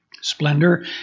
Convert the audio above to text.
Splendor